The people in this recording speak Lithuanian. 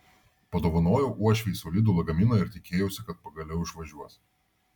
padovanojau uošvei solidų lagaminą ir tikėjausi kad pagaliau išvažiuos